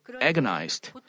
agonized